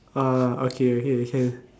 ah okay okay can